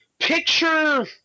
Picture